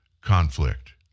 conflict